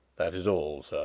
that is all, sir.